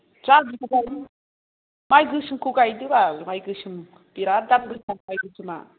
जादुखौ माइ गोसोमखौ गायदोबाल माइ गोसोम बेराद दाम गोसा माइ गोसोमा